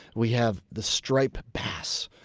we have the stripe bass.